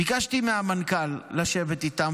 ביקשתי מהמנכ"ל לשבת איתם,